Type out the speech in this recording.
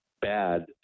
bad